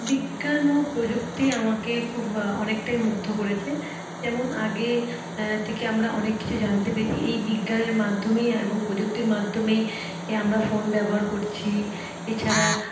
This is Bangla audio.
বিজ্ঞান ও প্রযুক্তি আমাকে খুব অনেকটাই মুগ্ধ করেছে যেমন আগে থেকে আমরা অনেক কিছু জানতে পেরেছি এই বিজ্ঞানের মাধ্যমেই এবং প্রযুক্তির মাধ্যমেই আমরা ফোন ব্যবহার করছি এছাড়া